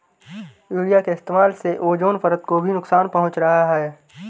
urea के इस्तेमाल से ओजोन परत को भी नुकसान पहुंच रहा है